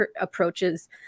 approaches